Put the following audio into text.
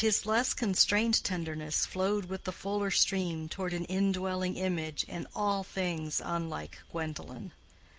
and his less constrained tenderness flowed with the fuller stream toward an indwelling image in all things unlike gwendolen.